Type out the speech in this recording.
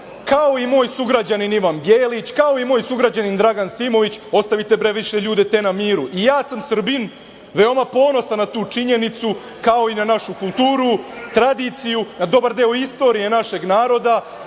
kao i moj sugrađanin Ivan Gelić, kao i moj sugrađanin Dragan Simović, ostavite više te ljude na miru.I ja sam Srbin, veoma ponosan na tu činjenicu, kao i na našu kulturu, tradiciju, na dobar deo istorije našeg naroda